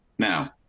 now.